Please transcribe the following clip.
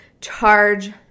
charge